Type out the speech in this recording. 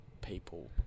people